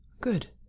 Good